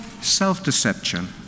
self-deception